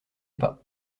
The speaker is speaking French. pas